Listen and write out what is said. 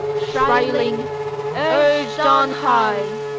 shrilling, urged on high,